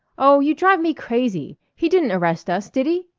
oh, you drive me crazy! he didn't arrest us, did he?